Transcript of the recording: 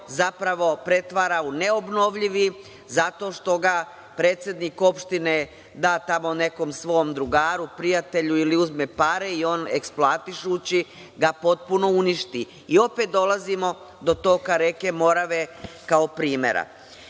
zapravo pretvara u neobnovljivim zato što ga predsednik opštine da tamo nekom svom drugaru, prijatelju, ili uzme pare i eksploatišući ga potpunu uništi. I, opet dolazimo do toka reke Morave kao primera.Zašto